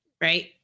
right